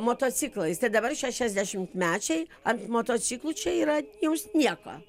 motociklais tai dabar šešiasdešimtmečiai ant motociklų čia yra jums nieko